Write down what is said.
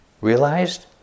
realized